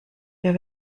ihr